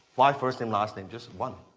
why first name, last name? just one.